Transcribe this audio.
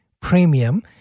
premium